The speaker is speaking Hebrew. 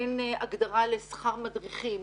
אין הגדרה לשכר מדריכים.